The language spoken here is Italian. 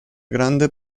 grande